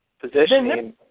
positioning